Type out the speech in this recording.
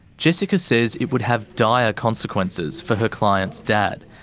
jessica says it would have dire consequences for her client's dad,